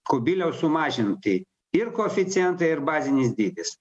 kubiliaus sumažinti ir koeficientai ir bazinis dydis